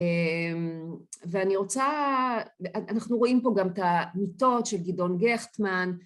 ואני רוצה, אנחנו רואים פה גם את המיטות של גדעון גכטמן